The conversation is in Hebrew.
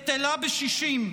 בטלה בשישים,